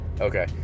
okay